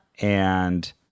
and-